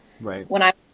Right